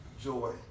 joy